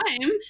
time